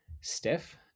stiff